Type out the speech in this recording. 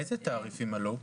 איזה תעריפים עלו?